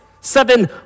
seven